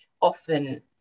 often